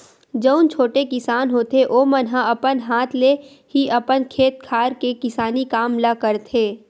जउन छोटे किसान होथे ओमन ह अपन हाथ ले ही अपन खेत खार के किसानी काम ल करथे